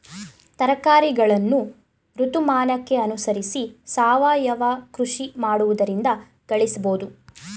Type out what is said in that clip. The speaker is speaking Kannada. ತರಕಾರಿಗಳನ್ನು ಋತುಮಾನಕ್ಕೆ ಅನುಸರಿಸಿ ಸಾವಯವ ಕೃಷಿ ಮಾಡುವುದರಿಂದ ಗಳಿಸಬೋದು